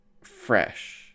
fresh